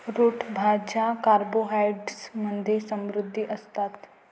route भाज्या carbohydrates मध्ये समृद्ध असतात